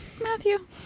Matthew